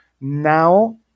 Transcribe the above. now